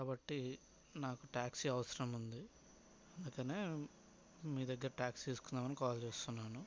కాబట్టి నాకు టాక్సీ అవసరం ఉంది అందుకనే మీ దగ్గర టాక్సీ తీసుకుందామని కాల్ చేస్తున్నాను